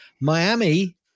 Miami